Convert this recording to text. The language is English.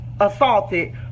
assaulted